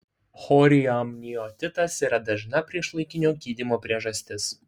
chorioamnionitas yra dažna priešlaikinio gimdymo priežastis